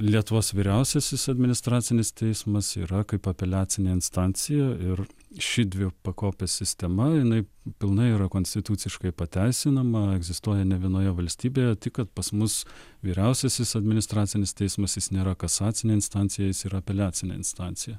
lietuvos vyriausiasis administracinis teismas yra kaip apeliacinė instancija ir ši dvipakopė sistema jinai pilnai yra konstituciškai pateisinama egzistuoja ne vienoje valstybėje tik kad pas mus vyriausiasis administracinis teismas jis nėra kasacinė instancija jis yra apeliacinė instancija